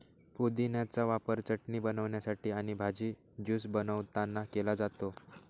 पुदिन्याचा वापर चटणी बनवण्यासाठी आणि भाजी, ज्यूस बनवतांना केला जातो